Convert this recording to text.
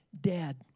dead